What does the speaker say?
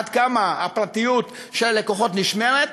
עד כמה הפרטיות של הלקוחות נשמרת,